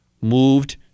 moved